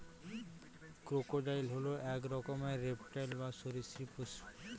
crocodile হল এক রকমের রেপ্টাইল বা সরীসৃপ পশু